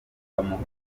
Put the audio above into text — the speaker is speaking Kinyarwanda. bamufata